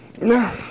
No